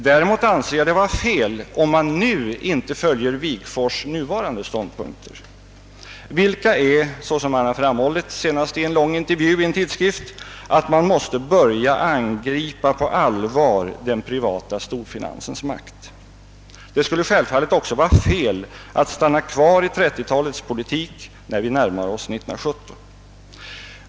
Däremot anser jag det vara fel, om man nu inte följer herr Wigforss” nuvarande ståndpunkter, vilka, såsom han framhållit i en lång intervju i en tidskrift, är att man på allvar måste börja angripa den privata storfinansens makt. Det skulle också vara fel att stanna kvar i trettiotalets politik när vi närmar oss 1970.